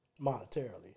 Monetarily